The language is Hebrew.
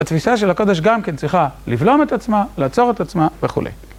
התפיסה של הקודש גם כן צריכה לבלום את עצמה, לעצור את עצמה וכולי.